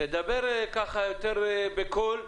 תדבר יותר בקול,